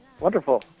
wonderful